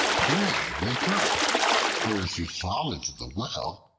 pray wake up for if you fall into the well,